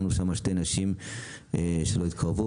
שמנו שם שתי נשים כדי שהחרדים לא יתקרבו.